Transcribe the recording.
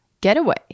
getaway